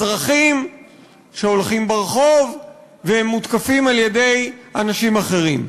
אזרחים הולכים ברחוב והם מותקפים על-ידי אנשים אחרים.